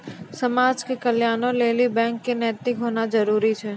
समाज के कल्याणों लेली बैको क नैतिक होना जरुरी छै